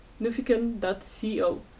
nufiken.co